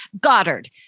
Goddard